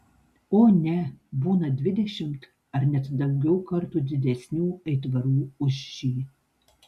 o ne būna dvidešimt ar net daugiau kartų didesnių aitvarų už šį